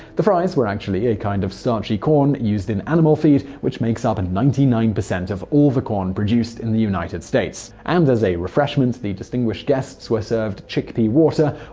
the fries were actually a kind of starchy corn used in animal feed, which makes up and ninety nine percent of all the corn produced in the united states. and as refreshment, the distinguished guests were served chickpea water,